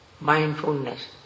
mindfulness